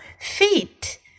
feet